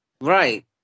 Right